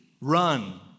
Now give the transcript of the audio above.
run